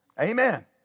Amen